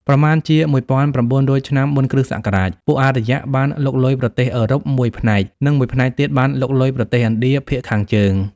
ប្រមាណជា ១៩០០ ឆ្នាំមុនគ្រិស្តសករាជ ពួកអារ្យបានលុកលុយប្រទេសអឺរ៉ុបមួយផ្នែក និងមួយផ្នែកទៀតបានលុកលុយប្រទេសឥណ្ឌាភាគខាងជើង។